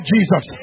Jesus